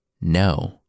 No